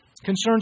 concerns